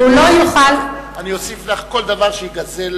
אני אוסיף לך כל דבר שייגזל,